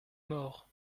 mort